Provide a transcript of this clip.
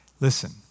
Listen